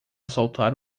soltar